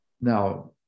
Now